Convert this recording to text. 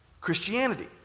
Christianity